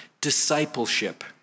discipleship